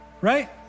right